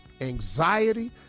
anxiety